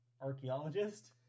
archaeologist